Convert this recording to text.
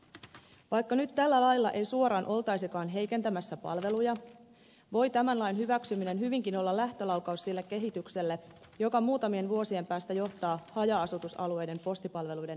vaikka nyt tällä lailla ei suoraan oltaisikaan heikentämässä palveluja voi tämän lain hyväksyminen hyvinkin olla lähtölaukaus sille kehitykselle joka muutamien vuosien päästä johtaa haja asutusalueiden postipalveluiden heikentämiseen